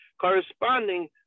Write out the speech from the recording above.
corresponding